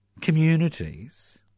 communities